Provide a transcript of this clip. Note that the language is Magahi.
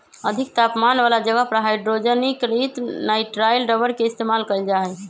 अधिक तापमान वाला जगह पर हाइड्रोजनीकृत नाइट्राइल रबर के इस्तेमाल कइल जा हई